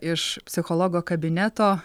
iš psichologo kabineto